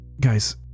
Guys